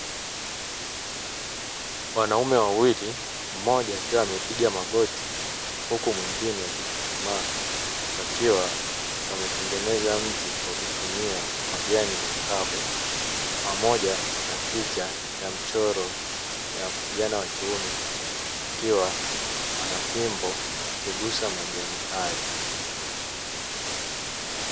Wanaume wawili, mmoja akiwa amepiga magoti, huku mwengine akichuchumaa. Wakiwa wametengeneza mti kwa kutumia majani makavu, pamoja na picha ya mchoro wa kijana wa kiume, akiwa ana fimbo akigusa majani hayo.